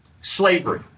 Slavery